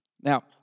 Now